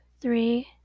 Three